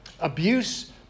Abuse